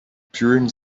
during